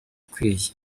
ikwiye